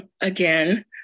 again